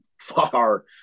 far